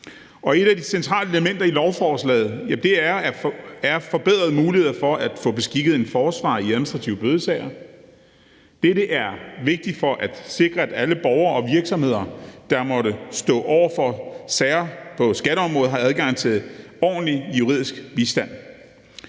Et af de centrale elementer i lovforslaget er at få forbedrede muligheder for få beskikket en forsvarer i administrative bødesager. Dette er vigtigt for at sikre, at alle borgere og virksomheder, der måtte stå over for sager på skatteområdet, har adgang til ordentlig juridisk bistand.